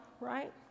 right